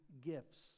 gifts